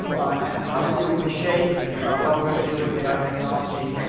and obviously, when we shape how we're gonna deal with ai technology,